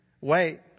Wait